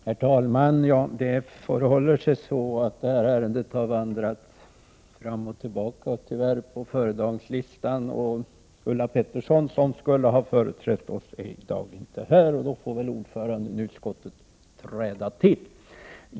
Herr talman! Det förhåller sig så att detta ärende har vandrat fram och tillbaka på föredragningslistan, och Ulla Pettersson som skulle ha företrätt oss är tyvärr inte här. Då får väl utskottets ordförande träda till.